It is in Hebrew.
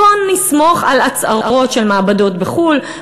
אלא בואו נסמוך על ההצהרות של מעבדות בחו"ל,